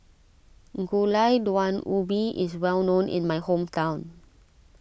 Gulai Daun Ubi is well known in my hometown